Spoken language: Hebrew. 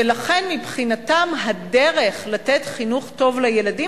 ולכן מבחינתם הדרך לתת חינוך טוב לילדים